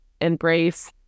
embrace